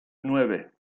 nueve